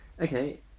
Okay